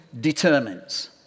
determines